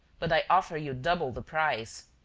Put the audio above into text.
but i offer you double the price.